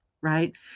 right